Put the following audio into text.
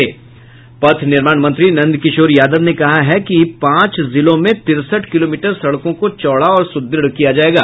पथ निर्माण मंत्री नंदकिशोर यादव ने कहा है कि पांच जिलों में तिरसठ किलोमीटर सड़कों को चौड़ा और सृदृढ़ किया जायेगा